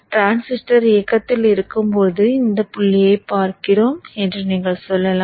transistor இயக்கத்தில் இருக்கும் போது இந்த புள்ளியைப் பார்க்கிறோம் என்று சொல்லலாம்